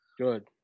good